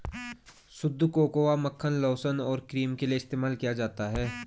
शुद्ध कोकोआ मक्खन लोशन और क्रीम के लिए इस्तेमाल किया जाता है